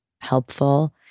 helpful